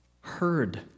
heard